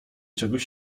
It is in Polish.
czegoś